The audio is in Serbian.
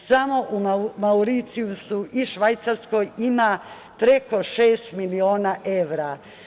Samo u Mauricijusu i Švajcarskoj ima preko 6.000.000 evra.